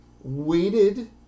waited